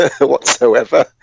whatsoever